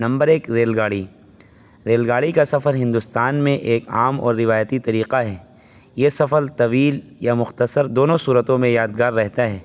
number ایک rail گاڑی rail گاڑی کا سفر ہندوستان میں ایک عام اور روایتی طریقہ ہے یہ سفر طویل یا مختصر دونوں صورتوں میں یادگار رہتا ہے